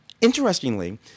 Interestingly